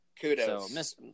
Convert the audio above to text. Kudos